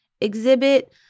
exhibit